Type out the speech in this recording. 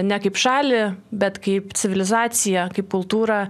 ne kaip šalį bet kaip civilizaciją kaip kultūrą